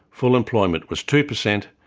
full employment was two percent,